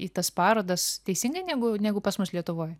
į tas parodas teisingai negu negu pas mus lietuvoj